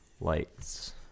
lights